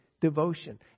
devotion